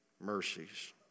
Mercies